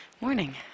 morning